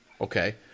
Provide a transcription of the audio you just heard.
Okay